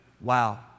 wow